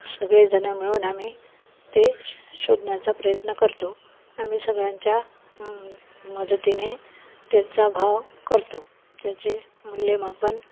सगळेजणं मिळून आम्ही ते शोधण्याचा प्रयत्न करतो आम्ही सगळ्यांच्या मदतीने त्यांचा भाव करतो त्याचे मूल्यमापन